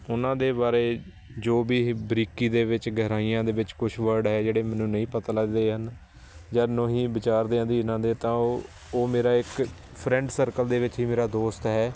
ਉਹਨਾਂ ਦੇ ਬਾਰੇ ਜੋ ਵੀ ਬਰੀਕੀ ਦੇ ਵਿੱਚ ਗਹਿਰਾਈਆਂ ਦੇ ਵਿੱਚ ਕੁਛ ਵਰਡ ਹੈ ਜਿਹੜੇ ਮੈਨੂੰ ਨਹੀਂ ਪਤਾ ਲੱਗਦੇ ਹਨ ਜਦੋਂ ਨੂੰ ਹੀ ਵਿਚਾਰਦਿਆਂ ਦੀ ਉਹਨਾਂ ਦੇ ਤਾਂ ਉਹ ਉਹ ਮੇਰਾ ਇੱਕ ਫਰੈਂਡ ਸਰਕਲ ਦੇ ਵਿੱਚ ਹੀ ਮੇਰਾ ਦੋਸਤ ਹੈ